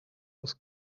was